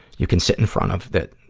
you can sit in front of that,